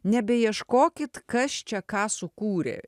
nebeieškokit kas čia ką sukūrė